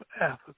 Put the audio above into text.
Africa